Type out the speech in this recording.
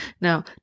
Now